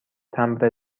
تمبر